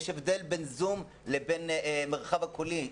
יש הבדל בין זום לבין המרחב הקולי.